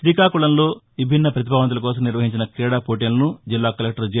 శ్రీకాకుళంలో విభిన్న పతిభావంతుల కోసం నిర్వహించిన క్రీడా పోటీలను జిల్లా కలెక్టర్ జె